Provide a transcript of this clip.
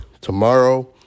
tomorrow